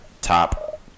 Top